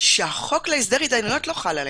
שהחוק להסדר התדיינויות לא חל עליהם.